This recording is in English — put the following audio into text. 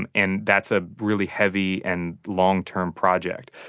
and and that's a really heavy and long-term project.